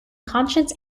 conscience